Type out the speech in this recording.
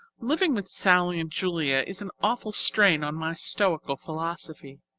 living with sallie and julia is an awful strain on my stoical philosophy.